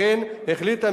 ולכן החליטה,